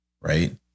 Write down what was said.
right